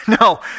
No